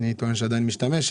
אני טוען שהיא עדיין משתמשת